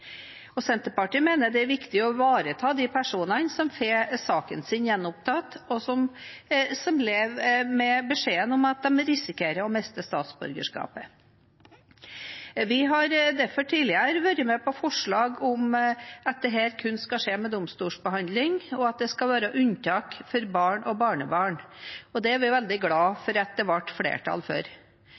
nok. Senterpartiet mener det er viktig å ivareta de personene som får saken sin gjenopptatt, og som lever med beskjeden om at de risikerer å miste statsborgerskapet. Vi har derfor tidligere vært med på forslag om at dette kun skal skje ved domstolsbehandling, og at det skal være unntak for barn og barnebarn. Det er vi veldig glade for at det ble flertall for.